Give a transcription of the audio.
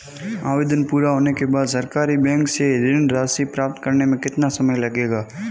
आवेदन पूरा होने के बाद सरकारी बैंक से ऋण राशि प्राप्त करने में कितना समय लगेगा?